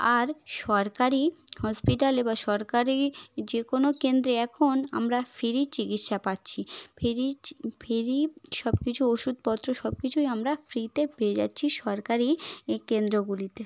আর সরকারি হসপিটালে বা সরকারি যে কোনো কেন্দ্রে এখন আমরা ফিরি চিকিৎসা পাচ্ছি ফ্রির চি ফ্রি সব কিছু ওষুধপত্র সব কিছুই আমরা ফ্রিতে পেয়ে যাচ্ছি সরকারি ই কেন্দ্রগুলিতে